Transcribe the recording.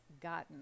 gotten